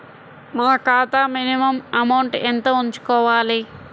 నా ఖాతా minimum amount ఎంత ఉంచుకోవాలి?